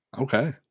Okay